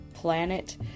planet